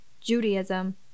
Judaism